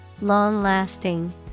Long-lasting